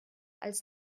als